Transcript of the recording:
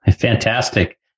fantastic